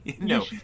No